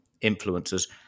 influencers